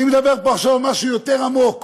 אני מדבר פה עכשיו על משהו יותר עמוק,